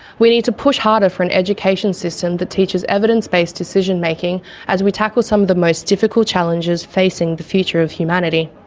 we need to push harder for an education system that teaches evidence based decision making as we tackle some of the most difficult challenges facing the future of humanity.